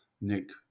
Nick